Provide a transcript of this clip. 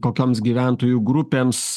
kokioms gyventojų grupėms